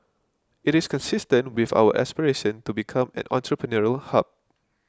it is consistent with our aspiration to become an entrepreneurial hub